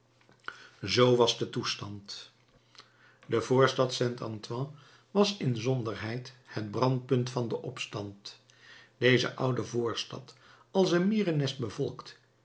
zoo was de toestand de voorstad saint antoine was inzonderheid het brandpunt van den opstand deze oude voorstad als een mierennest bevolkt